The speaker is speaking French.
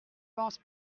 pense